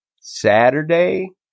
Saturday